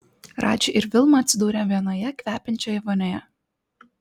radži ir vilma atsidūrė vienoje kvepiančioje vonioje